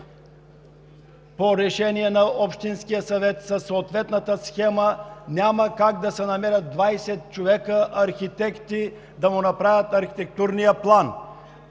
по решение на общинския съвет със съответната схема, няма как да се намерят 20 човека архитекти да му направят архитектурния план,